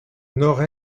nord